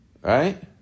Right